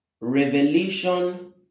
Revelation